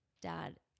dad